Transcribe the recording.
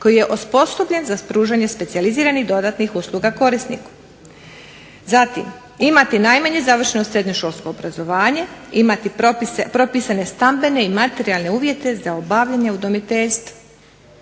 koji je osposobljen za pružanje specijaliziranih dodatnih usluga korisniku. Imati najmanje završenu srednjoškolsko obrazovanje, imati propisane stambene i materijalne uvjete za obavljanje udomiteljstva.